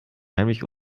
heimlich